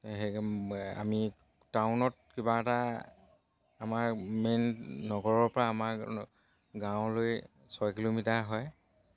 আমি টাউনত কিবা এটা আমাৰ মেইন নগৰৰ পৰা আমাৰ গাঁৱলৈ ছয় কিলোমিটাৰ হয়